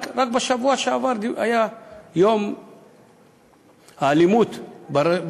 רק בשבוע שעבר ציינו את יום מיגור השיח האלים ברשת.